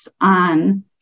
on